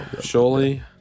Surely